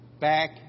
back